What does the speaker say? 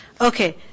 Okay